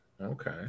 Okay